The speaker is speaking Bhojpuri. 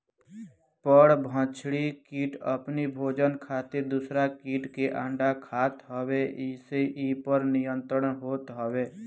परभक्षी किट अपनी भोजन खातिर दूसरा किट के अंडा खात हवे जेसे इ पर नियंत्रण होत हवे